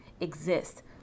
exists